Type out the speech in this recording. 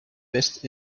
best